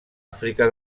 àfrica